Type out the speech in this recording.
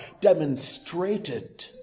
demonstrated